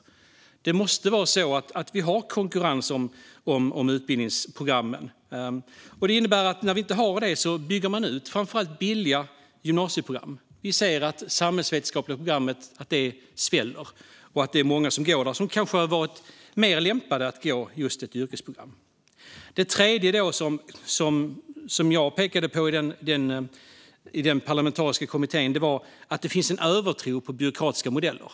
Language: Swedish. Det måste finnas konkurrens om utbildningsprogrammen. När det saknas leder det till att kommunerna bygger ut framför allt billiga gymnasieprogram. Vi ser till exempel att det samhällsvetenskapliga programmet sväller. Det är många som går där som kanske hade varit mer lämpade att gå just ett yrkesprogram. Den tredje punkt som jag pekade på i den parlamentariska kommittén var den övertro som finns på byråkratiska modeller.